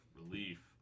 relief